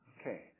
Okay